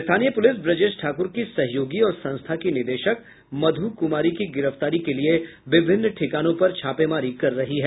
स्थानीय पुलिस ब्रजेश ठाकुर की सहयोगी और संस्था की निदेशक मध्र कुमारी की गिरफ्तारी के लिए विभिन्न ठिकानों पर छापेमारी कर रही है